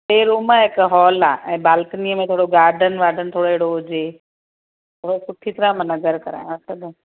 टे रूम ऐं हिक हॉल आहे ऐं बालकनी में थोरो गार्डन वार्डन थोरो अहिड़ो हुजे थोरो सुठी तरह मन घर करायां सॼो